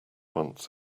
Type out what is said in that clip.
once